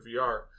VR